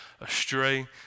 astray